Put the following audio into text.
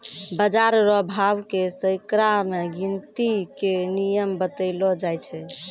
बाजार रो भाव के सैकड़ा मे गिनती के नियम बतैलो जाय छै